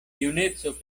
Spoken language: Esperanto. juneco